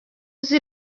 uzi